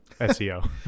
SEO